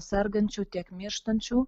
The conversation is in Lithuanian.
sergančių tiek mirštančių